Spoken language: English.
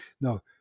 no